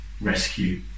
rescue